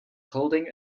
holding